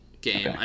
game